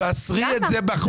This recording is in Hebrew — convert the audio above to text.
תאסרי את זה בחוק.